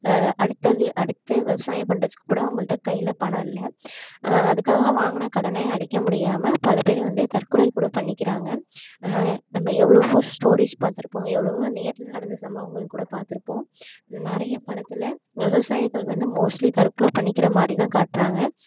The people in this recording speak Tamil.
அடுத்தது அடுத்த விவசாயம் பண்ணுறதுக்கு கூட அவங்கள்ட்ட கையில் பணம் இல்லை அதுக்காக வாங்கின கடனே அடைக்க முடியாமல் பல பேர் வந்து தற்கொலை கூட பண்ணிக்கிறாங்க நம்ம எவ்வளோவோ ஸ்டோரீஸ் பார்த்துருப்போம் எவ்வளோவோ நேரில் நடந்த சம்பவங்கள் கூட பார்த்துருப்போம் நிறைய படத்தில் விவசாயிகள் வந்து மோஸ்ட்லி தற்கொலை பண்ணிக்கிற மாதிரி தான் காட்டுறாங்க